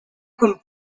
con